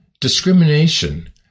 discrimination